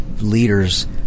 leaders